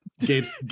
Gabe's